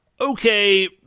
okay